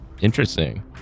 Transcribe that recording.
Interesting